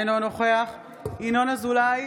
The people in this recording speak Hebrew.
אינו נוכח ינון אזולאי,